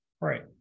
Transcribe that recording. right